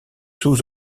sous